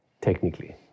Technically